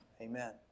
Amen